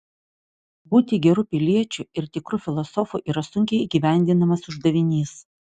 būti geru piliečiu ir tikru filosofu yra sunkiai įgyvendinamas uždavinys